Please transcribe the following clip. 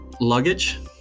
Luggage